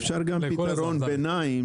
אפשר גם פתרון ביניים,